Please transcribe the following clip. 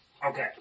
Okay